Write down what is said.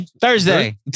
Thursday